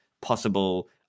possible